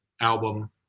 album